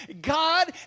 God